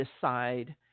decide